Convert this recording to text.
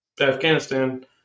Afghanistan